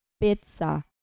Pizza